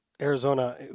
Arizona